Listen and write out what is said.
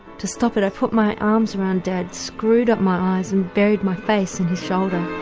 to stop it i put my arms around dad, screwed up my eyes and buried my face in his shoulder.